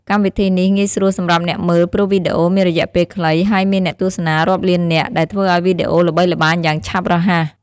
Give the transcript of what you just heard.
កម្មវិធីនេះងាយស្រួលសម្រាប់អ្នកមើល ព្រោះវីដេអូមានរយៈពេលខ្លី ហើយមានអ្នកទស្សនារាប់លាននាក់ ដែលធ្វើឲ្យវីដេអូល្បីល្បាញយ៉ាងឆាប់រហ័ស។